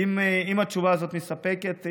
אם התשובה הזאת מספקת,